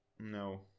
No